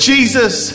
Jesus